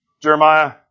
Jeremiah